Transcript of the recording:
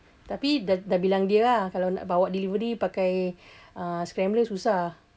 tapi dah dah bilang dia lah kalau nak bawa delivery pakai uh scrambler susah